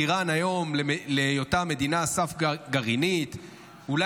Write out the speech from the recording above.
איראן להיותה מדינה סף גרעינית היום,